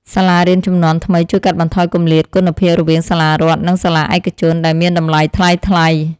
សាលារៀនជំនាន់ថ្មីជួយកាត់បន្ថយគម្លាតគុណភាពរវាងសាលារដ្ឋនិងសាលាឯកជនដែលមានតម្លៃថ្លៃៗ។